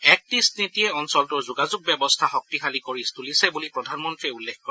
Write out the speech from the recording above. act east নীতিয়ে অঞ্চলটোৰ যোগাযোগ ব্যৱস্থা শক্তিশালী কৰি তুলিছে বুলি প্ৰধানমন্ত্ৰীয়ে উল্লেখ কৰে